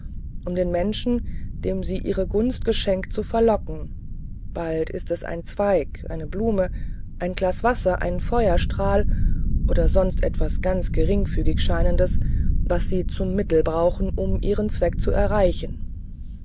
um den menschen dem sie ihre gunst geschenkt zu verlocken bald ist es ein zweig eine blume ein glas wasser ein feuerstrahl oder sonst etwas ganz geringfügig scheinendes was sie zum mittel brauchen um ihren zweck zu erreichen